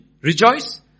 rejoice